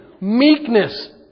meekness